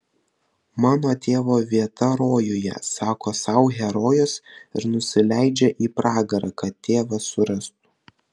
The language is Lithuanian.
mano tėvo vieta rojuje sako sau herojus ir nusileidžia į pragarą kad tėvą surastų